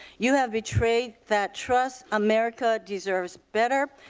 you have betrayed that trust. america deserves better.